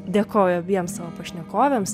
dėkoju abiem savo pašnekovėms